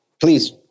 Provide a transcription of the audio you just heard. Please